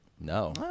No